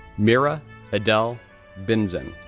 mira adele binzen,